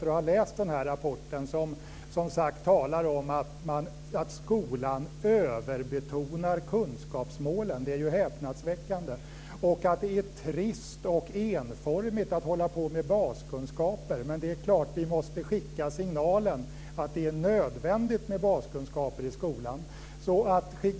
Jag har läst rapporten, som talar om att skolan överbetonar kunskapsmålen - det är häpnadsväckande - och att det är trist och enformigt att hålla på med baskunskaper. Det är klart att vi måste skicka signalen att det är nödvändigt med baskunskaper i skolan.